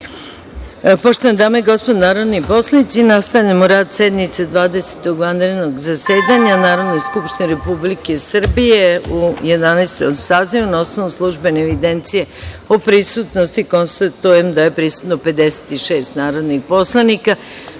Poštovane dame i gospodo narodni poslanici, nastavljamo rad sednice Dvadesetog vanrednog zasedanja Narodne skupštine Republike Srbije u Jedanaestom sazivu. Na osnovu službene evidencije o prisutnosti, konstatujem da je prisutno 56 narodnih poslanika. Radi